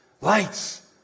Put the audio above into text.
lights